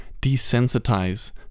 desensitize